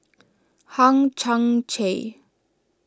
Hang Chang Chieh